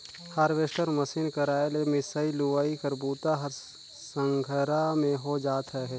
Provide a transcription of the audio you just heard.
harvester machine कर आए ले मिंसई, लुवई कर बूता ह संघरा में हो जात अहे